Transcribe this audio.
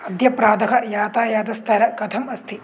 अद्य प्रातः यातायातस्तरः कथम् अस्ति